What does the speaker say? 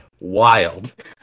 wild